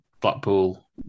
Blackpool